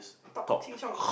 talk cock ching-chong